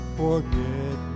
forget